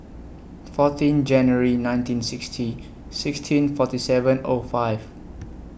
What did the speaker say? fourteen January nineteen sixty sixteen forty seven O five